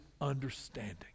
understanding